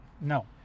No